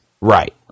Right